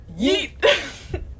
Yeet